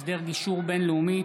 (הסדר גישור בין-לאומי),